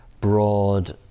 broad